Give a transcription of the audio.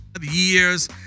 years